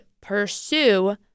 pursue